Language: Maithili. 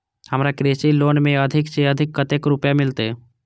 हमरा कृषि लोन में अधिक से अधिक कतेक रुपया मिलते?